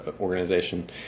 organization